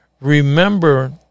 Remember